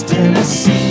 Tennessee